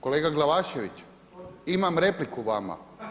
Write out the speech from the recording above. Kolega Glavašević, imam repliku vama.